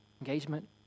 engagement